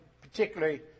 particularly